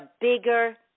bigger